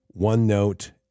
OneNote